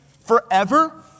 forever